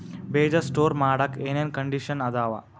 ಬೇಜ ಸ್ಟೋರ್ ಮಾಡಾಕ್ ಏನೇನ್ ಕಂಡಿಷನ್ ಅದಾವ?